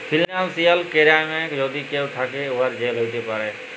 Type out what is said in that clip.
financial কেরাইমে যদি কেউ থ্যাকে, উয়ার জেল হ্যতে পারে